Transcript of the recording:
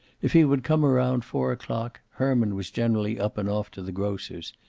if he would come around four o'clock herman was generally up and off to the grocer's,